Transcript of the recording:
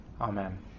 Amen